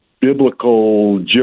biblical